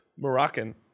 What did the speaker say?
Moroccan